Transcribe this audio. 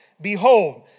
Behold